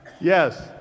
Yes